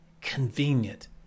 convenient